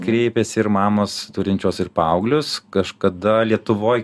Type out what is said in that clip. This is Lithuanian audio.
kreipiasi ir mamos turinčios ir paauglius kažkada lietuvoj